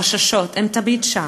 החששות, הם תמיד שם.